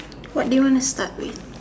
what do you want to start with